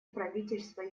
правительства